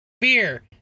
beer